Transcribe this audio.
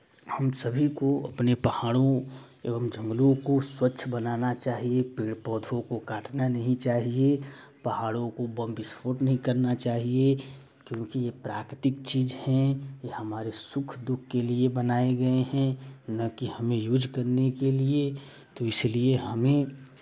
हम सभी को अपने पहाड़ों एवं जंगलो को स्वच्छ बनाना चाहिए पेड़ पौधों को काटना नहीं चाहिए पहाड़ों को बम विस्फोट नहीं करना चाहिए क्योंकि ये प्राकृतिक चीज़ हैं ये हमारे सुख दुःख के लिए बनाए गए हैं ना कि हमें यूज़ करने के लिए तो इसलिए हमें